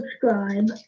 Subscribe